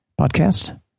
podcast